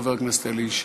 חבר הכנסת אלי ישי.